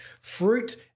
Fruit